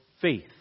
faith